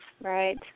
Right